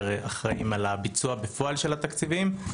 אחראיים על הביצוע בפועל של התקציבים.